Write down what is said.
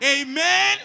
Amen